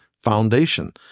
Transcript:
foundation